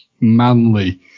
manly